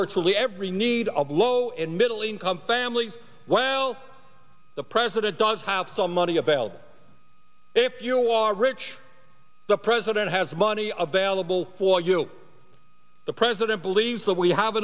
virtually every need of low and middle income families while the president does have some money available if you are rich the president has money available for you the president believes that we have